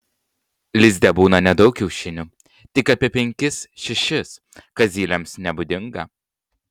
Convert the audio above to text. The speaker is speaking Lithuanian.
lizde būna nedaug kiaušinių tik apie penkis šešis kas zylėms nebūdinga